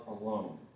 alone